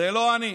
זה לא אני.